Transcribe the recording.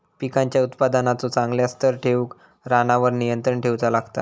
पिकांच्या उत्पादनाचो चांगल्या स्तर ठेऊक रानावर नियंत्रण ठेऊचा लागता